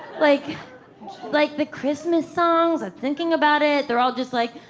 like like the christmas songs, i'm thinking about it. they're all just like,